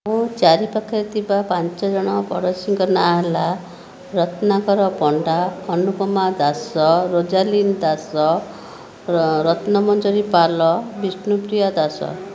ମୋ' ଚାରି ପାଖରେ ଥିବା ପାଞ୍ଚ ଜଣ ପଡ଼ୋଶୀଙ୍କ ନାଁ ହେଲା ରତ୍ନାକର ପଣ୍ଡା ଅନୁପମା ଦାସ ରୋଜାଲିନ୍ ଦାସ ରତ୍ନ ମଞ୍ଜରୀ ପାଲ ବିଷ୍ଣୁପ୍ରିୟା ଦାସ